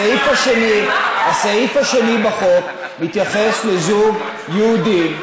הסעיף השני בחוק מתייחס לזוג יהודים,